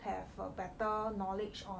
have a better knowledge on